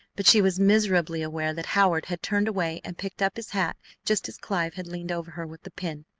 but she was miserably aware that howard had turned away and picked up his hat just as clive had leaned over her with the pin,